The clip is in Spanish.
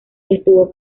estuvo